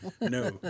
No